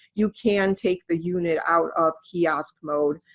you can take the unit out of kiosk mode,